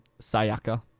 Sayaka